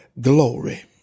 glory